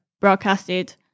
broadcasted